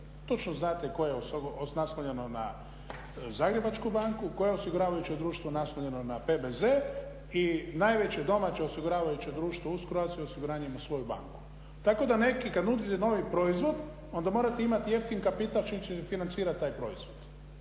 Točno znate koje je naslovljeno na Zagrebačku banku, koje je osiguravajuće društvo naslonjeno na PBZ i najveće domaće osiguravajuće društvo uz Croatia osiguranje ima svoju banku. Tako da neki kad nudite novi proizvod onda morate imati jeftin kapital čim ćete financirati taj proizvod